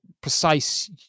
precise